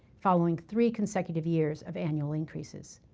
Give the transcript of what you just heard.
following three consecutive years of annual increases.